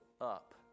up